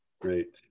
Great